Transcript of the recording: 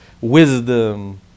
wisdom